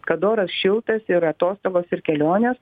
kad oras šiltas ir atostogos ir kelionės